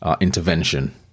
intervention